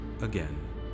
again